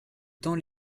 temps